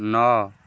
ନଅ